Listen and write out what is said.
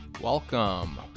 Welcome